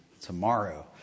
tomorrow